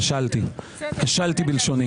כשלתי בלשוני.